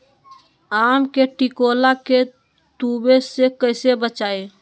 आम के टिकोला के तुवे से कैसे बचाई?